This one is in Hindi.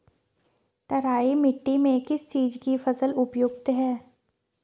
तराई मिट्टी में किस चीज़ की फसल उपयुक्त है?